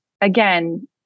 again